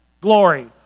Glory